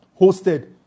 hosted